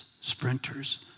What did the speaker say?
sprinters